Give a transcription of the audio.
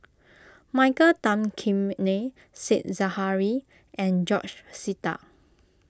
Michael Tan Kim Nei Said Zahari and George Sita